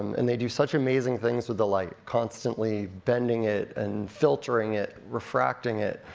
and they do such amazing things with the light, constantly bending it and filtering it, refracting it,